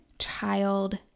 child